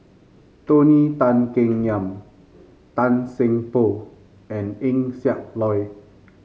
Tony Tan Keng Yam Tan Seng Poh and Eng Siak Loy